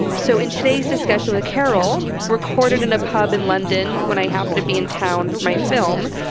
so in today's discussion with carol recorded in a pub in london, when i happened to be in town for my film,